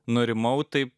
nurimau taip